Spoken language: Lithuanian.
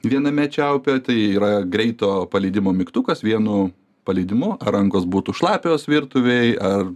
viename čiaupe tai yra greito paleidimo mygtukas vienu paleidimu rankos būtų šlapios virtuvėj ar